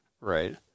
Right